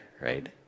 right